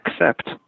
accept